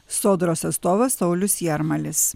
sodros atstovas saulius jarmalis